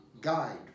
Guide